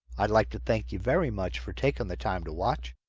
i'd like to thank you very much for taking the time to watch.